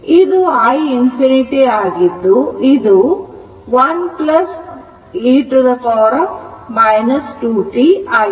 ಇದು i ∞ ಆಗಿದ್ದು ಇದು 11 e 2t ಆಗಿದೆ